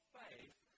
faith